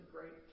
great